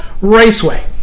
raceway